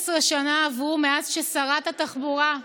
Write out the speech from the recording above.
15 שנה עברו מאז ששרת התחבורה,